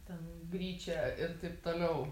ten gryčia ir taip toliau